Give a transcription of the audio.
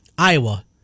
Iowa